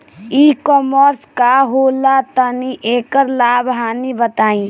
ई कॉमर्स का होला तनि एकर लाभ हानि बताई?